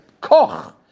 koch